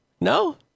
No